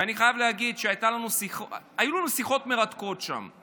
ואני חייב להגיד שהיו לנו שיחות מרתקות שם.